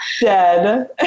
Dead